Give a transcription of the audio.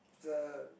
it's a